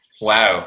wow